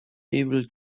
able